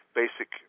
basic